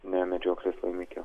ne medžioklės laimikio